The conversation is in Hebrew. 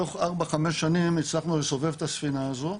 בתוך 4-5 שנים הצלחנו לסובב את הספינה הזו,